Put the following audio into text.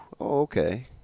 okay